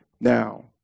Now